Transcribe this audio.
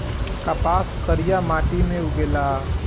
कपास करिया माटी मे उगेला